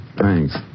Thanks